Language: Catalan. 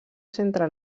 centre